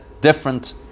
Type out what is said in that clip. different